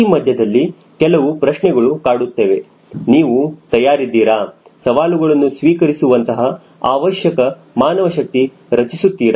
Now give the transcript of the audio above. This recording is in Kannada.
ಈ ಮಧ್ಯದಲ್ಲಿ ಕೆಲವು ಪ್ರಶ್ನೆಗಳು ಕಾಡುತ್ತವೆ ನೀವು ತಯಾರಿದ್ದೀರಾ ಸವಾಲುಗಳನ್ನುಸ್ವೀಕರಿಸುವಂತಹ ಅವಶ್ಯಕ ಮಾನವ ಶಕ್ತಿ ರಚಿಸುತ್ತೀರಾ